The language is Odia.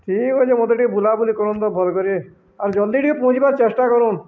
ଠିକ୍ ଅଛି ମୋତେ ଟିକେ ବୁଲାବୁଲି କରନ୍ ତ ଭଲକରି ଆଉ ଜଲ୍ଦି ଟିକେ ପହଞ୍ଚିବାର ଚେଷ୍ଟା କରନ୍